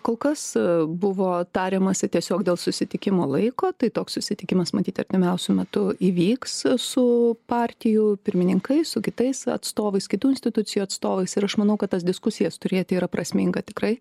kol kas buvo tariamasi tiesiog dėl susitikimo laiko tai toks susitikimas matyt artimiausiu metu įvyks su partijų pirmininkais su kitais atstovais kitų institucijų atstovais ir aš manau kad tas diskusijas turėti yra prasminga tikrai